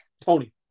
Tony